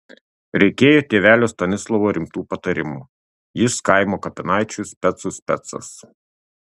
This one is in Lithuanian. reikėjo tėvelio stanislovo rimtų patarimų jis kaimo kapinaičių specų specas